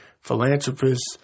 philanthropists